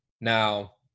Now